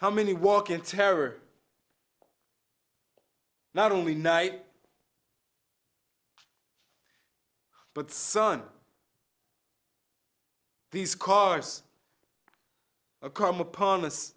how many walk in terror not only night but sun these cars come upon us